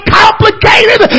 complicated